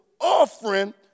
offering